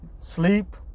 sleep